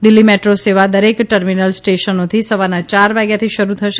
Delhi metro સેવા દરેક terminal સ્ટેશનોથી સવારના ચાર વાગ્યાથી શરૂ થશે